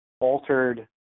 altered